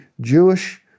Jewish